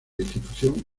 institución